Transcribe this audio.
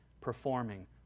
performing